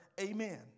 Amen